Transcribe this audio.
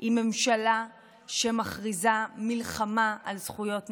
היא ממשלה שמכריזה מלחמה על זכויות נשים.